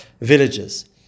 villages